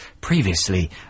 previously